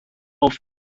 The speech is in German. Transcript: auf